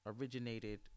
originated